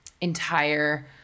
entire